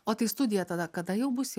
o tai studija tada kada jau bus